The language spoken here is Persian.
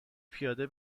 پیاده